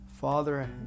Father